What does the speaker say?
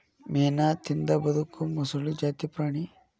ಮೇನಾ ತಿಂದ ಬದಕು ಮೊಸಳಿ ಜಾತಿ ಪ್ರಾಣಿ